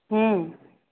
ହୁଁ